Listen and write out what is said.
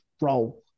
role